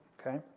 Okay